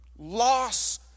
loss